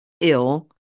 ill